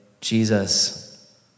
Jesus